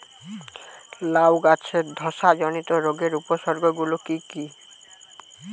লাউ গাছের ধসা জনিত রোগের উপসর্গ গুলো কি কি?